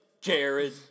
Jared